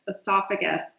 esophagus